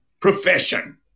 profession